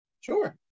Sure